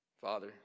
Father